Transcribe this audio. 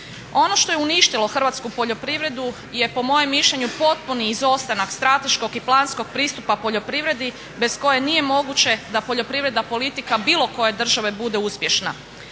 Ono što je uništilo hrvatsku poljoprivredu je po mojem mišljenju potpuni izostanak strateškog i planskog pristupa poljoprivredi bez koje nije moguće da poljoprivredna politika bilo koje države bude uspješna.